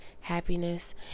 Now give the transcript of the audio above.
happiness